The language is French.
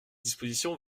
disposition